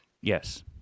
Yes